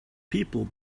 people